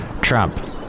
Trump